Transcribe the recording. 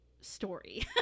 story